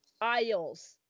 aisles